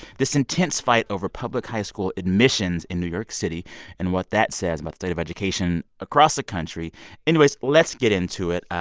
this intense fight over public high school admissions in new york city and what that says about state of education across the country anyway, let's get into it.